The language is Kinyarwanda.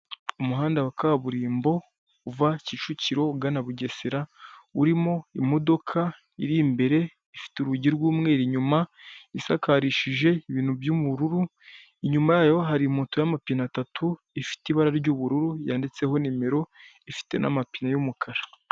Abagore bane batatu muri bo bambaye amakanzu undi umwe yambaye ikositimu y'abagore bifotoreje hagati y'amadarako abiri rimwe ririmo ikirango cy'igihugu irindi rifite amabara yubahiriza igihugu ubururu, umuhondo, icyatsi ririmo n'izuba n'ifoto y'umukuru w'igihugu cy'u Rwanda perezida Paul Kagame.